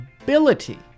ability